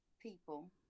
people